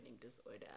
disorder